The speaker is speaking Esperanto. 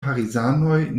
parizanoj